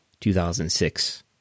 2006